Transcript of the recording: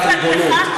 מהצבא?